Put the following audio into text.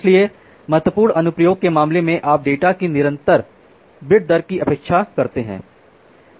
इसलिए महत्वपूर्ण अनुप्रयोग के मामले में आप डेटा की निरंतर बिट दर की अपेक्षा करते हैं